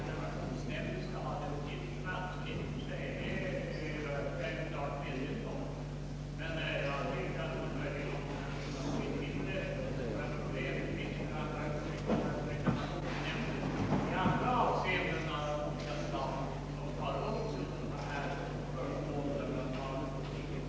Herr talman! Jag är ledsen att jag tar till orda ännu en gång, men jag vill klara upp ett missförstånd mellan herr Lundström och mig, som kanske delvis är mitt fel. Det finns två nämnder.